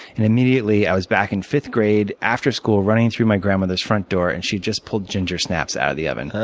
and immediately, i was back in fifth grade after school running through my grandmother's front door, and she just pulled ginger snaps out of the oven.